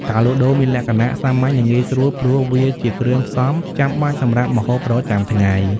ការលក់ដូរមានលក្ខណៈសាមញ្ញ និងងាយស្រួល ព្រោះវាជាគ្រឿងផ្សំចាំបាច់សម្រាប់ម្ហូបប្រចាំថ្ងៃ។